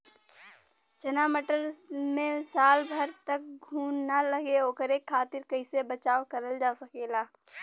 चना मटर मे साल भर तक घून ना लगे ओकरे खातीर कइसे बचाव करल जा सकेला?